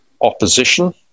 opposition